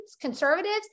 conservatives